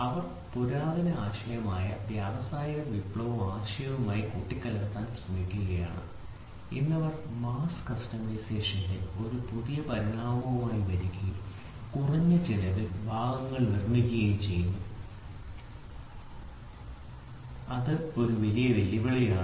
അവർ പുരാതന ആശയം വ്യാവസായിക വിപ്ലവ ആശയവുമായി കൂട്ടിക്കലർത്താൻ ശ്രമിക്കുകയാണ് ഇന്ന് അവർ മാസ് കസ്റ്റമൈസേഷന്റെ ഒരു പുതിയ പരിണാമവുമായി വരികയും കുറഞ്ഞ ചിലവിൽ ഭാഗങ്ങൾ നിർമ്മിക്കുകയും ചെയ്യുന്നു അത് ഒരു വലിയ വെല്ലുവിളിയാണ്